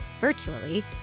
virtually